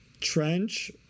Trench